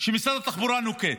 שמשרד התחבורה נוקט.